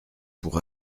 pour